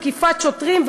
תקיפת שוטרים,